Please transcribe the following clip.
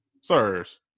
sirs